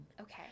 Okay